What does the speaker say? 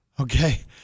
Okay